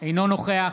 אינו נוכח